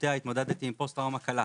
בעקבותיה התמודדתי עם פוסט טראומה קלה.